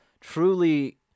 truly